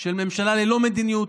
של ממשלה ללא מדיניות,